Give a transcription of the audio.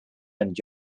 and